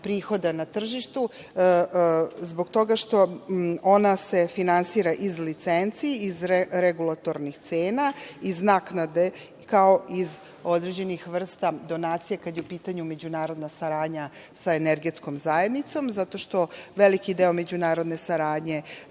prihoda na tržištu zbog toga što se ona finansira iz licenci, iz regulatornih cena, iz naknade, kao i iz određenih vrsta donacija kada je u pitanju međunarodna saradnja sa Energetskom zajednicom, zato što veliki deo međunarodne saradnje